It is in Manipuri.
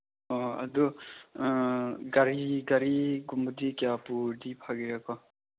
ꯑꯣ ꯑꯗꯨ ꯒꯥꯔꯤ ꯒꯥꯔꯤꯒꯨꯝꯕꯗꯤ ꯀꯌꯥ ꯄꯨꯔꯗꯤ ꯐꯒꯦꯔꯥꯀꯣ